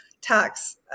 tax